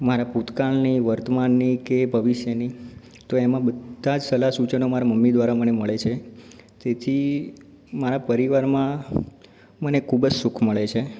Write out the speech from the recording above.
મારા ભૂતકાળની વર્તમાનની કે ભવિષ્યની તો એમાં બધા જ સલાહ સૂચનો મારા મમ્મી દ્વારા મને મળે છે તેથી મારા પરિવારમાં મને ખૂબ જ સુખ મળે છે